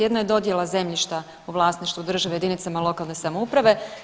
Jedno je dodjela zemljišta u vlasništvu države jedinicama lokalne samouprave.